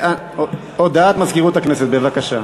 הודעת מזכירות הכנסת, בבקשה.